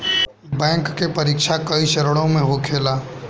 bank के परीक्षा कई चरणों में होखेला